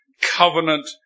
covenant